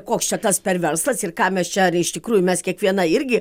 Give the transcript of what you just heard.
koks čia kas per verslas ir ką mes čia ar iš tikrųjų mes kiekviena irgi